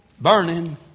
burning